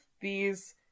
these-